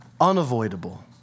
unavoidable